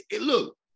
look